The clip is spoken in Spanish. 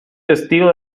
testigo